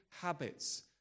habits